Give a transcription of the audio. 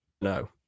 No